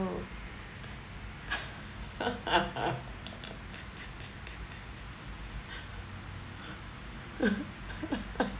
~ o